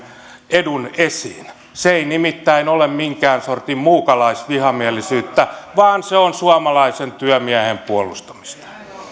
edun esiin se ei nimittäin ole minkään sortin muukalaisvihamielisyyttä vaan se on suomalaisen työmiehen puolustamista